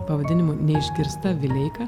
pavadinimu neišgirsta vileika